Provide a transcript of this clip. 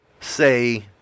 say